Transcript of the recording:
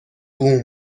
بوووم